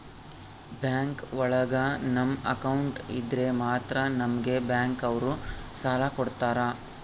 bank ಒಳಗ ನಮ್ account ಇದ್ರೆ ಮಾತ್ರ ನಮ್ಗೆ ಬ್ಯಾಂಕ್ ಅವ್ರು ಸಾಲ ಕೊಡ್ತಾರ